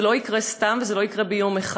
זה לא יקרה סתם, וזה לא יקרה ביום אחד,